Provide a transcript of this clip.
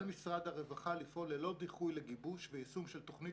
על משרד הרווחה לפעול ללא דיחוי לגיבוש ויישום של תוכנית